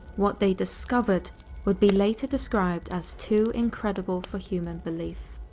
what they discovered would be later described as too incredible for human belief.